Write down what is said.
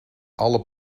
alle